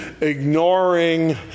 ignoring